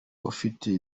ufite